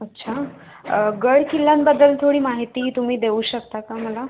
अच्छा गडकिल्ल्यांबद्दल थोडी माहिती तुम्ही देऊ शकता का मला